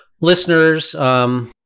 listeners